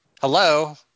Hello